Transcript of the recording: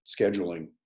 scheduling